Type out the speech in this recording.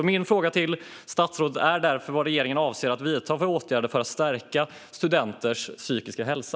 Min fråga till statsrådet är därför: Vilka åtgärder avser regeringen att vidta för att stärka studenters psykiska hälsa?